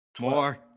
More